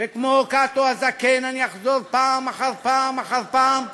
וכמו קאטו הזקן אני אחזור פעם אחר פעם אחר פעם,